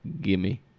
Gimme